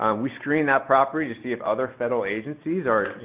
um we screen that property to see if other federal agencies or, you